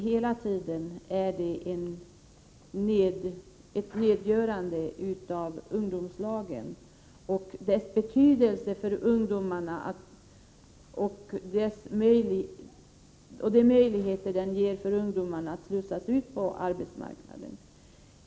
Hela tiden har det varit ett nedgörande av ungdomslagen, av deras betydelse för ungdomarna och av de möjligheter som ungdomslagen ger ungdomarna när det gäller att slussa ut dessa på arbetsmarknaden.